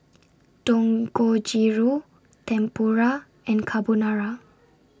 Dangojiru Tempura and Carbonara